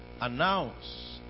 announce